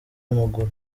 amaguru